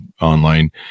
online